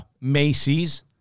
Macy's